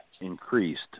increased